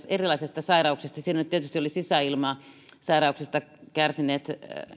erilaisista sairauksista siinä nyt tietysti olivat sisäilmasairauksista kärsineet